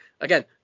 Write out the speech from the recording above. Again